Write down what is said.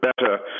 better